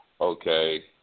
okay